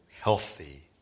healthy